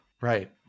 Right